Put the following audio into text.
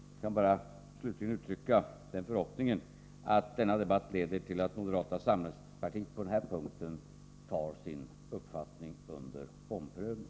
Jag kan bara slutligen uttrycka förhoppningen att denna debatt leder till att moderata samlingspartiet på denna punkt trots allt tar sin uppfattning under omprövning.